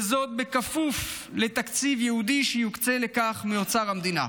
וזאת בכפוף לתקציב ייעודי שיוקצה לכך מאוצר המדינה.